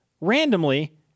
randomly